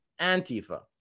antifa